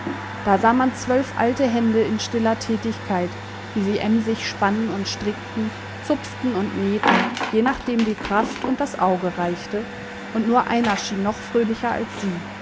da sah man zwölf alte hände in stiller tätigkeit wie sie emsig spannen und strickten zupften und nähten je nachdem die kraft und das auge reichte und nur einer schien noch fröhlicher als sie